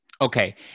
Okay